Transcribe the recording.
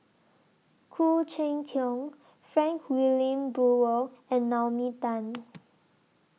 Khoo Cheng Tiong Frank Wilmin Brewer and Naomi Tan